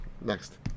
next